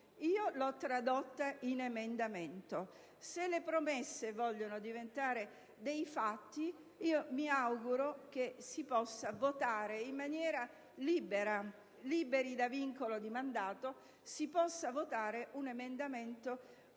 Io l'ho tradotta in emendamento. Se si vuole che le promesse diventino dei fatti, mi auguro che si possa votare in maniera libera, liberi da vincolo di mandato, un emendamento del